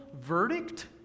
verdict